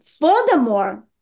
furthermore